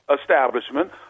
establishment